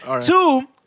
Two